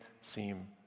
seem